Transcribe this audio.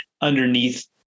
underneath